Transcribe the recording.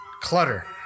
clutter